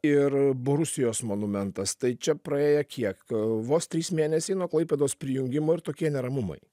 ir borusijos monumentas tai čia praėjo kiek vos trys mėnesiai nuo klaipėdos prijungimo ir tokie neramumai